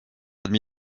admis